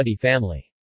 family